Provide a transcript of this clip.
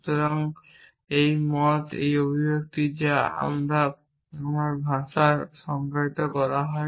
সুতরাং এই মত একই অভিব্যক্তি যা আমার ভাষায় সংজ্ঞায়িত করা হয়